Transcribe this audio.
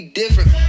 different